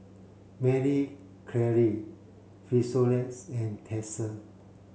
Marie Claire Frisolac and Tesla